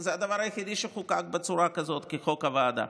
זה הדבר היחידי שחוקק בצורה כזאת כחוק הוועדה,